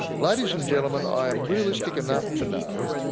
ladies and gentlemen, i am realistic enough to know